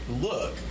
look